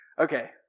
Okay